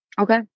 Okay